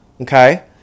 Okay